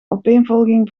opeenvolging